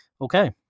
Okay